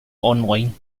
online